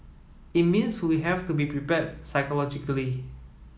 it means we have to be prepared psychologically